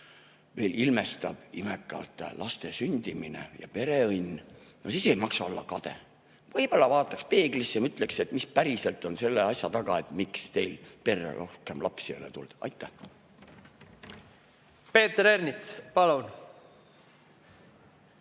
veel ilmestab laste sündimine ja pereõnn, no siis ei maksa olla kade. Võib-olla vaataks peeglisse ja mõtleks, mis päriselt on selle asja taga, miks perre rohkem lapsi ei ole tulnud? Aitäh! Peeter Ernits, palun!